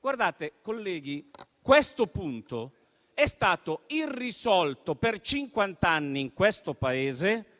Guardate, colleghi, questo punto è stato irrisolto per cinquant'anni in questo Paese